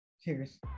Cheers